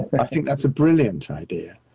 i think that's a brilliant idea.